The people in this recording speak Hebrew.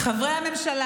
אני אקרא אותו לסדר,